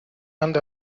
and